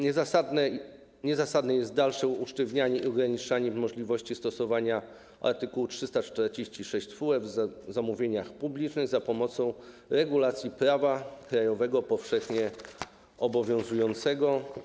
Niezasadne jest dalsze usztywnianie i ograniczanie możliwości stosowania art. 346 TFUE w zamówieniach publicznych za pomocą regulacji prawa krajowego powszechnie obowiązującego.